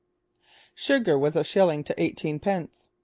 sugar was a shilling to eighteen pence.